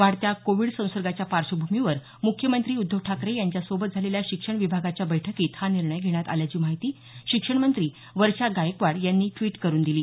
वाढत्या कोविड संसर्गाच्या पार्श्वभूमीवर मुख्यमंत्री उद्धव ठाकरे यांच्यासोबत झालेल्या शिक्षण विभागाच्या बैठकीत हा निर्णय घेण्यात आल्याची माहिती शिक्षण मंत्री वर्षा गायकवाड यांनी द्विट करून दिली